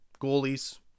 goalies